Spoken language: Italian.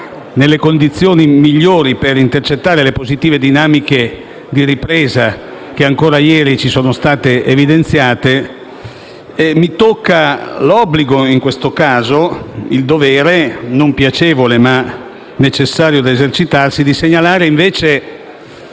nelle condizioni migliori per intercettare le positive dinamiche di ripresa, che ancora ieri ci sono state evidenziate, mi tocca l'obbligo, il dovere non piacevole ma necessario da esercitarsi, di fare una